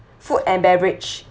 food and beverage